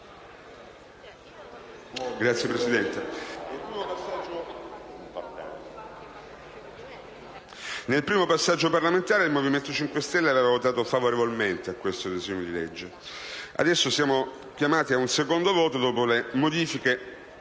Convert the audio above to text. Signor Presidente, nel primo passaggio parlamentare il Movimento 5 Stelle aveva votato a favore di questo disegno di legge. Adesso siamo chiamati ad un secondo voto sulle modifiche